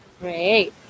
Great